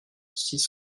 six